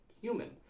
human